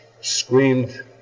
screamed